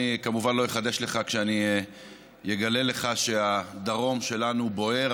אני כמובן לא אחדש לך כשאני אגלה לך שהדרום שלנו בוער,